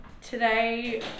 Today